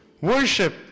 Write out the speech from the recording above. worship